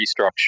restructure